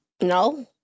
No